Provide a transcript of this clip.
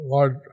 Lord